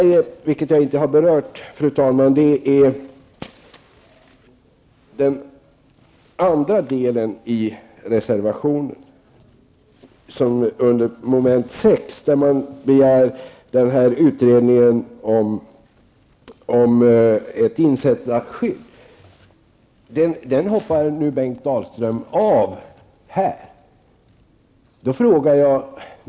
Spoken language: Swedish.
Jag vill även ta upp den andra delen i reservationen under mom. 6, där man begär en utredning om ett insättarskydd. Detta hoppar nu Bengt Dalström av här.